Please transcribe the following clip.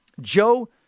Joe